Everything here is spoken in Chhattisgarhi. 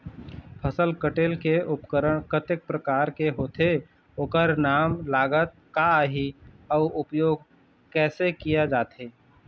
फसल कटेल के उपकरण कतेक प्रकार के होथे ओकर नाम लागत का आही अउ उपयोग कैसे किया जाथे?